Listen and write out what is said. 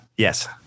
Yes